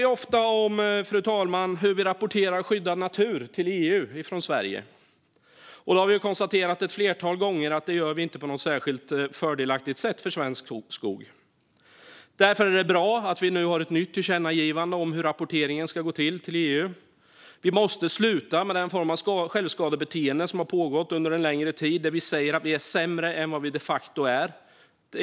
Vi talar ofta om hur vi rapporterar skyddad natur till EU från Sverige, och vi har ett flertal gånger konstaterat att vi inte gör det på något särskilt fördelaktigt sätt för svensk skog. Därför är det bra att det nu finns ett nytt tillkännagivande om hur rapporteringen till EU ska gå till. Vi måste sluta med den form av självskadebeteende som har pågått under en längre tid, där vi säger att vi är sämre än vad vi de facto är.